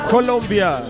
Colombia